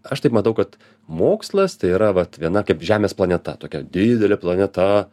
aš taip matau kad mokslas tai yra vat viena kaip žemės planeta tokia didelė planeta